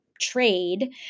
trade